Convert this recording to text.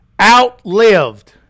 outlived